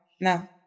No